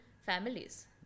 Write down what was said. families